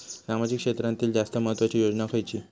सामाजिक क्षेत्रांतील जास्त महत्त्वाची योजना खयची?